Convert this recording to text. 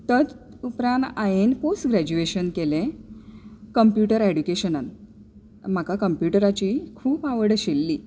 तर उपरांत हांवें पोस्ट ग्रॅज्युएशन केलें कंप्युटर एडुकेशनांत म्हाका कंप्युटराची खूब आवड आशिल्ली